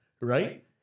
right